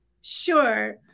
Sure